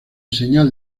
señal